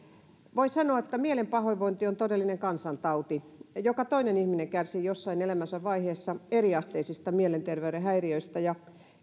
voi sanoa että mielen pahoinvointi on todellinen kansantauti joka toinen ihminen kärsii jossain elämänsä vaiheessa eriasteisista mielenterveyden häiriöistä ja